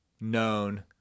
known